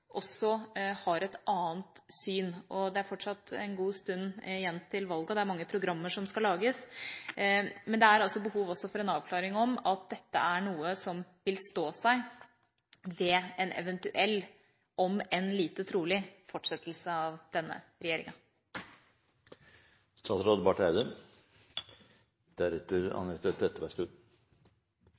også har et annet syn. Det er fortsatt en god stund igjen til valget, og det er mange programmer som skal lages, men det er behov for en avklaring om hvorvidt dette er noe som vil stå seg ved en eventuell – om enn lite trolig – fortsettelse av denne regjeringa.